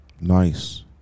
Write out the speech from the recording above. Nice